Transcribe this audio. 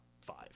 five